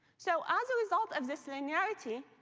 so as a result of this linearity,